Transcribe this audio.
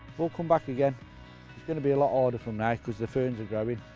we'll come back again it's gonna be a lot harder from now because the ferns and i mean